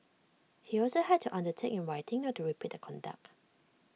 he also had to undertake in writing not to repeat the conduct